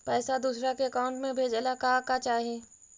पैसा दूसरा के अकाउंट में भेजे ला का का चाही?